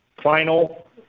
final